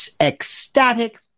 ecstatic